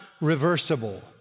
reversible